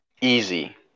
easy